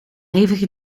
hevige